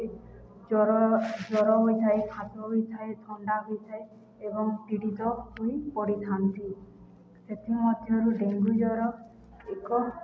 ଜ୍ୱର ଜ୍ୱର ହୋଇଥାଏ ହୋଇଥାଏ ଥଣ୍ଡା ହୋଇଥାଏ ଏବଂ ପୀଡ଼ିତ ହୋଇ ପଡ଼ିଥାନ୍ତି ସେଥିମଧ୍ୟରୁ ଡେଙ୍ଗୁ ଜ୍ୱର ଏକ